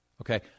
Okay